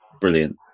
Brilliant